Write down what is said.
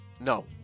No